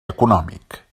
econòmic